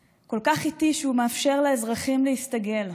כל כך איטי שהוא מאפשר לאזרחים להסתגל.